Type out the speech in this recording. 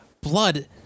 Blood